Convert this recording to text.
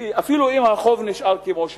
אפילו אם החוב נשאר כמו שהוא,